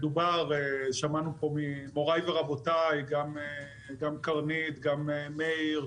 שמענו פה ממורי ורבותיי גם קרנית, גם מאיר,